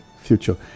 future